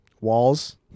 walls